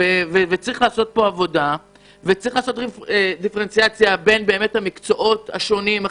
וצריך לעשות עבודה וצריך לעשות דיפרנציאציה בין מקצועות הרפואה השונים,